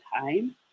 time